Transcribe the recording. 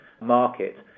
market